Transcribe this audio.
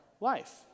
life